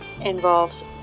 involves